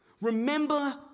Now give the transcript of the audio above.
Remember